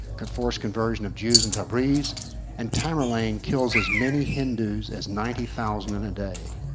forced conversion of jews in tabriz and tamerlan kills as many hindus as ninety thousand in a day.